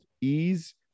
ease